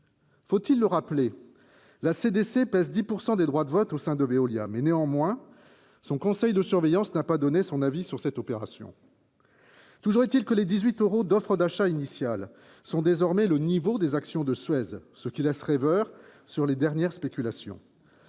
Faut-il le rappeler ? La CDC pèse 10 % des droits de vote au sein de Veolia. Pourtant, son conseil de surveillance n'a pas donné son avis sur cette opération. Toujours est-il que les 18 euros de l'offre d'achat initiale sont désormais le niveau atteint par l'action de Suez, ce qui laisse rêveur quant aux dernières spéculations.